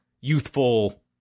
youthful